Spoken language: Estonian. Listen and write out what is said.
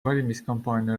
valimiskampaania